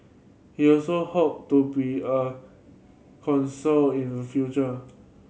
he also hope to be a console in the future